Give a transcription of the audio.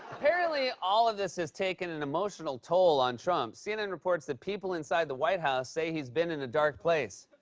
apparently, all of this has taken an emotional toll on trump. cnn reports that people inside the white house say he's been in a dark place.